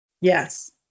Yes